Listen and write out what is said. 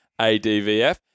ADVF